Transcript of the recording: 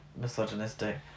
misogynistic